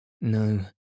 No